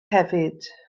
hefyd